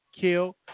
Kill